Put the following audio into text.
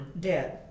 dead